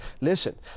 Listen